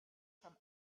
from